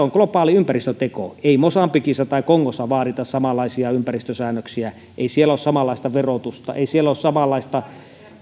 on globaali ympäristöteko ei mosambikissa tai kongossa vaadita samanlaisia ympäristösäännöksiä ei siellä ole samanlaista verotusta ei siellä ole samanlaista